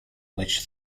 which